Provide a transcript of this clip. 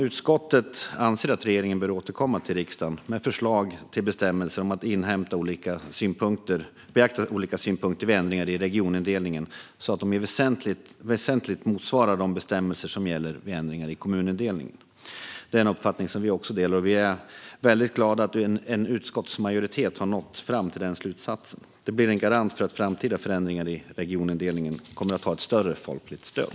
Utskottet anser att regeringen bör återkomma till riksdagen med förslag till bestämmelser om att inhämta och beakta olika synpunkter vid ändringar i regionindelningen så att de i allt väsentligt motsvarar de bestämmelser som gäller vid ändringar i kommunindelningen. Det är en uppfattning som vi delar, och vi är väldigt glada att en utskottsmajoritet har nått fram till den slutsatsen. Det blir en garanti för att framtida förändringar i regionindelningen kommer att ha ett större folkligt stöd.